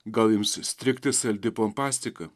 gal ims strigti saldi pompastika